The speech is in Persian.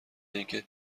اینکه